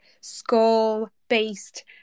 Skull-based